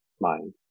mind